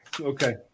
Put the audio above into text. Okay